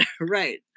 right